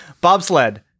bobsled